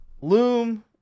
Loom